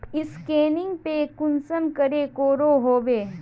Scanning पे कुंसम करे करो होबे?